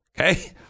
Okay